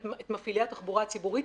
את מפעילי התחבורה הציבורית